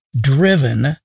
driven